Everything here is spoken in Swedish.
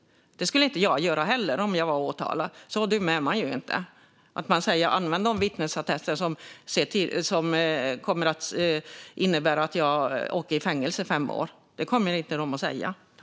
Det skulle inte jag heller göra om jag var åtalad. Så dum är man ju inte att man säger: Använd de vittnesattester som kommer att innebära att jag åker i fängelse i fem år! Det kommer de inte att säga.